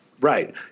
Right